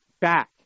back